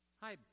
hi